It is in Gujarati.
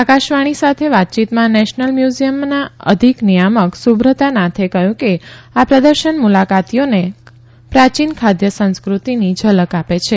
આકાશવાણી સાથે વાતચીતમાં નેશનલ મ્યુઝીયમના અધિક નિયામક સુબ્રતા નાથે કહયું કે આ પ્રદર્શન મુલાકાતીઓને પ્રાચીન ખાદ્ય સંસ્કૃતિની ઝલક આપે છે